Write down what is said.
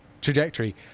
trajectory